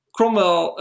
Cromwell